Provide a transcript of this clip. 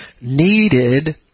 needed